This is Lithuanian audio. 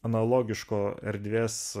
analogiško erdvės